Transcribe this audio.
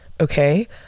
okay